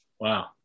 Wow